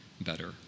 better